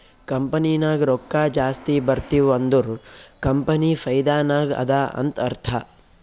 company ನಾಗ್ ರೊಕ್ಕಾ ಜಾಸ್ತಿ ಬರ್ತಿವ್ ಅಂದುರ್ ಕಂಪನಿ ಫೈದಾ ನಾಗ್ ಅದಾ ಅಂತ್ ಅರ್ಥಾ